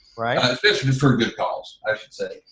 right. especially for good calls, i should say,